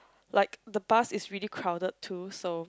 like the bus is really crowded too so